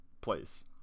place